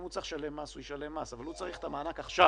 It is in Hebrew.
אם הוא צריך לשלם מס הוא ישלם מס אבל הוא צריך את המענק עכשיו.